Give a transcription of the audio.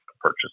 purchase